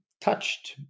touched